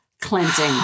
cleansing